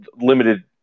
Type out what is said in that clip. limited